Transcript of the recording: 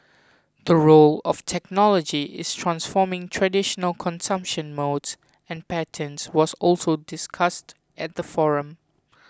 the role of technology in transforming traditional consumption modes and patterns was also discussed at the forum